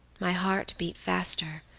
my heart beat faster,